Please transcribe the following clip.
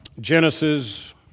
Genesis